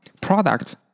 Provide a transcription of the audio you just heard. product